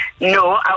No